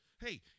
Hey